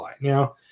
Now